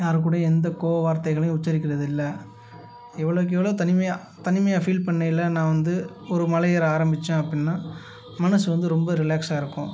யார் கூட எந்த கோப வார்த்தைகளையும் உச்சரிக்கிறதில்லை எவ்வளோக்கெவ்ளோ தனிமையாக தனிமையாக ஃபீல் பண்ணயில நான் வந்து ஒரு மலை ஏற ஆரம்பித்தேன் அப்பிடின்னா மனது வந்து ரொம்ப ரிலாக்ஸாக இருக்கும்